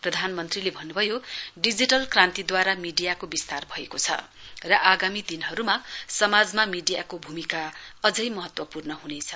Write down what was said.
प्रधानमन्त्रीले भन्नुभयो डिजिटल क्रान्तिद्वारा मीडियाको विस्तार भएको छ र आगामी दिनहरूमा समाजमा मीडियाको भूमिका अझै महत्वपूर्ण हुनेछ